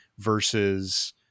versus